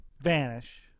vanish